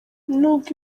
n’ubwo